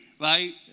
right